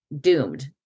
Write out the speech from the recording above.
doomed